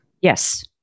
Yes